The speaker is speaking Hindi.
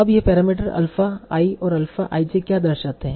अब ये पैरामीटर अल्फा i और अल्फा i j क्या दर्शाते हैं